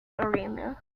arena